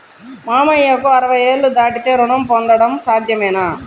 మామయ్యకు అరవై ఏళ్లు దాటితే రుణం పొందడం సాధ్యమేనా?